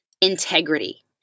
integrity